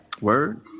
Word